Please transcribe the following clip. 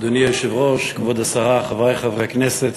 היושב-ראש, כבוד השרה, חברי חברי הכנסת,